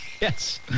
Yes